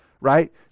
right